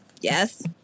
Yes